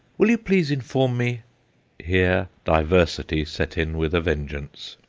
will you please inform me here diversity set in with a vengeance!